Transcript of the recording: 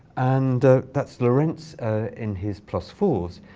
and that's lorenz and his plus fours.